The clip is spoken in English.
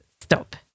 stop